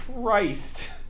Christ